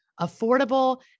affordable